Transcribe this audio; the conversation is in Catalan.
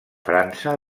frança